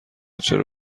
چرا